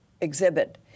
exhibit